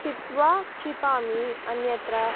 चित्वा क्षिपामि अन्यत्र